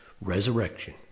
Resurrection